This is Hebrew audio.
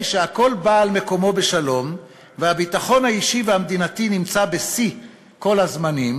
משהכול בא על מקומו בשלום והביטחון האישי והמדינתי נמצא בשיא כל הזמנים,